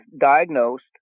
diagnosed